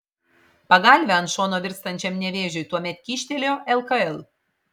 pagalvę ant šono virstančiam nevėžiui tuomet kyštelėjo lkl